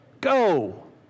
Go